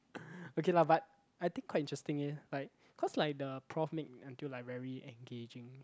okay lah but I think quite interesting eh like cause like the prof make until like very engaging